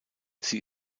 sie